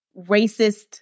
racist